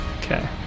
Okay